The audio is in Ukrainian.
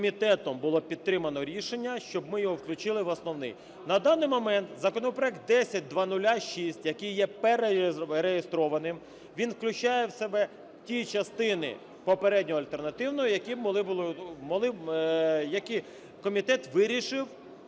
було прийнято рішення, щоб ми його включили в основний. На даний момент законопроект 10006, який є перереєстрованим, він включає в себе ті частини попереднього альтернативного, які комітет вирішив